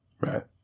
Right